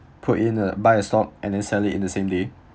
put in a buy a stock and then sell it in the same day